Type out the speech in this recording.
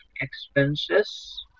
expenses